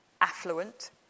affluent